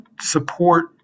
support